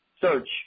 search